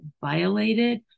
violated